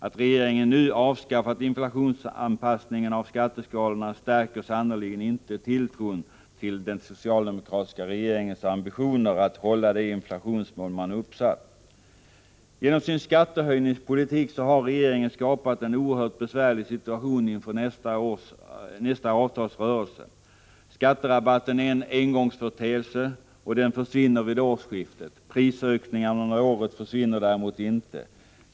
Att regeringen nu avskaffat inflationsanpassningen av skatteskalorna stärker sannerligen inte tilltron till den socialdemokratiska regeringens ambitioner att klara de inflationsmål man uppsatt. Genom sin skattehöjningspolitik har regeringen skapat en oerhört besvärlig situation inför nästa avtalsrörelse. Skatterabatten är en engångsföreteel se, och den försvinner vid årsskiftet. Prisökningarna under året försvinner däremot inte.